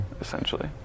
essentially